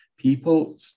people